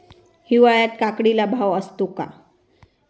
हिवाळ्यात काकडीला भाव असतो का?